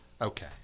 Okay